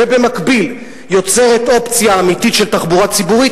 ובמקביל יוצרת אופציה אמיתית של תחבורה ציבורית,